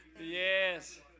yes